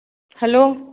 hello